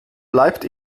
bleibt